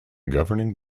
governing